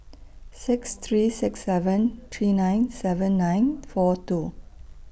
six three six seven three nine seven nine four two